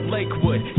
Lakewood